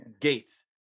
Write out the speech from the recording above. gates